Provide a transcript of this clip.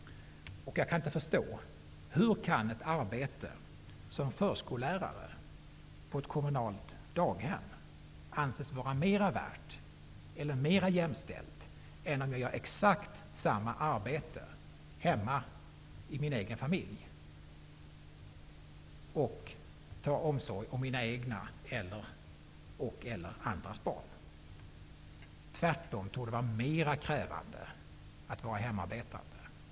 Jag kan inte förstå hur ett arbete som förskollärare på ett kommunalt daghem kan anses vara mera värt eller mera jämställt än om jag gör exakt samma arbete hemma i min egen familj och tar hand om mina egna och/eller andras barn. Det torde tvärtom vara mer krävande att vara hemarbetande.